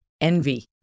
envy